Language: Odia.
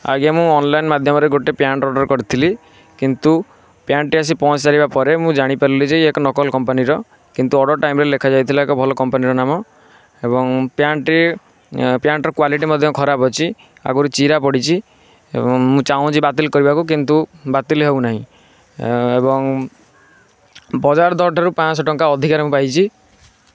ଆଜ୍ଞା ମୁଁ ଅନଲାଇନ୍ ମାଧ୍ୟମରେ ଗୋଟେ ପ୍ୟାଣ୍ଟ୍ ଅର୍ଡ଼ର୍ କରିଥିଲି କିନ୍ତୁ ପ୍ୟାଣ୍ଟ୍ଟା ଆସି ପହଞ୍ଚି ସାରିବା ପରେ ମୁଁ ଏଇଟା ଜାଣିପାରିଲି ଯେ ଇଏ ଏକ ନକଲ କମ୍ପାନୀର କିନ୍ତୁ ଅର୍ଡ଼ର୍ ଟାଇମ୍ରେ ଲେଖାଯାଇଥିଲା ଏକ ଭଲ କମ୍ପାନୀର ନାମ ଏବଂ ପ୍ୟାଣ୍ଟ୍ରେ ପ୍ୟାଣ୍ଟ୍ର କ୍ୱାଲିଟି ମଧ୍ୟ ଖରାପ ଅଛି ଆଗରୁ ଚିରା ପଡ଼ିଛି ଏବଂ ମୁଁ ଚାହୁଁଚି ବାତିଲ କରିବା ପାଇଁ କିନ୍ତୁ ବାତିଲ ହେଉ ନାହିଁ ଏବଂ ବଜାର ଦର ଠାରୁ ପାଞ୍ଚଶହ ଟଙ୍କା ଅଧିକାରେ ମୁଁ ପାଇଛି